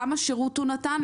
כמה שרות הוא נתן,